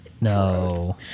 no